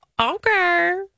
Okay